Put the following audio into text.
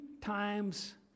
times